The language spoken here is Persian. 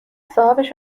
صاحابش